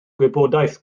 gwybodaeth